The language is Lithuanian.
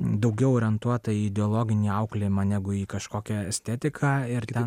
daugiau orientuota į ideologinį auklėjimą negu į kažkokią estetiką ir ten